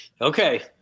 Okay